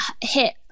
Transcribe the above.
hit